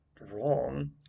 wrong